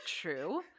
true